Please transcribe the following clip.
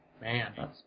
Man